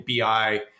BI